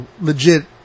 legit